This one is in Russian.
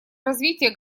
развития